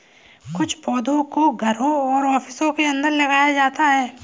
कुछ पौधों को घरों और ऑफिसों के अंदर लगाया जाता है